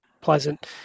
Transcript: pleasant